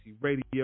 Radio